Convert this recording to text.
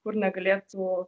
kur negalėtų